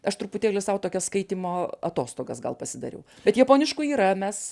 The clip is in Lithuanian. aš truputėlį sau tokias skaitymo atostogas gal pasidariau bet japoniškų yra mes